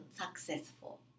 successful